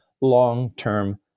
long-term